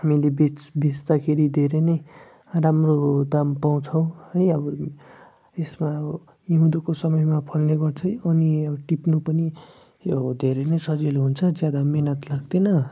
हामीले बेच बेच्दाखेरि धेरै नै राम्रो दाम पाउँछौ है अब यसमा अब हिउँदोको समयमा फल्ने गर्छ है अनि टिप्नु पनि यो धेरै नै सजिलो हुन्छ ज्यादा मेहनत लाग्दैन